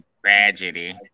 tragedy